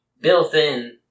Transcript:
built-in